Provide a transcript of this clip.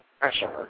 pressure